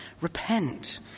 repent